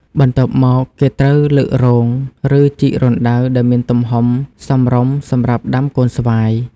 បន្ទាប់មក គេត្រូវលើករង ឬជីករណ្ដៅដែលមានទំហំសមរម្យ សម្រាប់ដាំកូនស្វាយ។